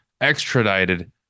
extradited